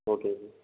okay sir